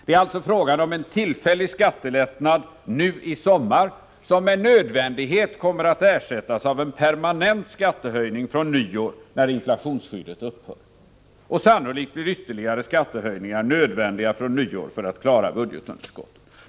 Det är alltså fråga om en tillfällig skattelättnad nu i sommar, som med nödvändighet kommer att ersättas av en permanent skattehöjning från nyår när inflationsskyddet upphör. Och sannolikt blir ytterligare skattehöjningar från nyår nödvändiga för att klara budgetunderskottet.